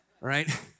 right